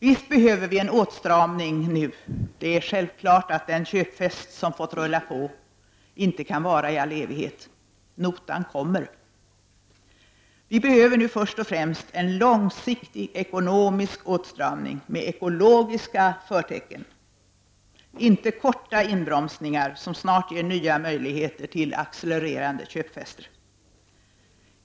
Visst behöver vi en åtstramning nu; det är självklart att den köpfest som fått rulla på inte kan vara i all evighet. Notan kommer. Vi behöver nu först och främst en långsiktig ekonomisk åtstramning med ”ekologiska” förtecken, inte korta inbromsningar, som snart ger nya möjligheter till accelererande köpfester.